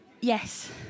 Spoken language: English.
yes